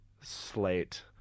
slate